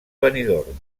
benidorm